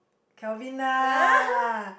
Kelvin lah